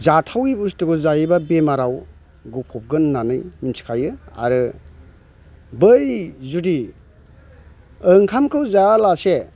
जाथावै बस्थुखौ जायोबा बेमाराव गफबगोन होन्नानै मिथिखायो आरो बै जुदि ओंखामखौ जायालासे